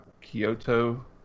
Kyoto